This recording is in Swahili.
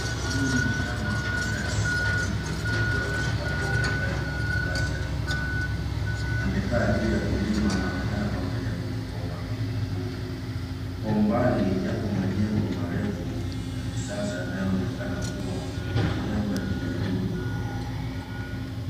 Huyu ni mnyama aina ya simba jike akiwa katika pori ambayo ndio makazi yake maalum. Amekaa juu ya kilima. Anaonekana kuangalia kitu kwa umakini mkubwa. Kwa umbali yapo majengo marefu ya kisasa yanayoonekana kuwa sehemu ya jiji kubwa.